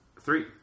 three